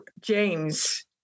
James